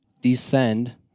descend